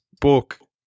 book